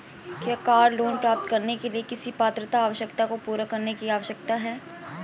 क्या car loan प्राप्त करने के लिए किसी पात्रता आवश्यकता को पूरा करने की आवश्यकता है?